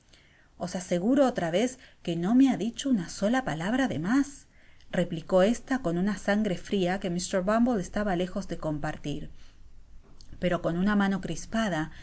os aseguro otra vez que no me ha dicho una sola palabra de mas replicó esta con una sangre fria que mr bumble estaba lejos de compartir pero con una mano crispada